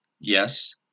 yes